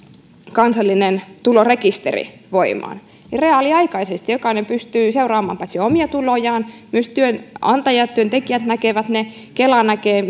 kansallinen tulorekisteri voimaan niin reaaliaikaisesti jokainen pystyy seuraamaan omia tulojaan myös työnantajat työntekijät näkevät ne kela näkee